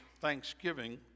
Thanksgiving